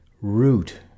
root